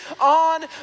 on